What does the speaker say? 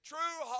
True